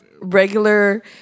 Regular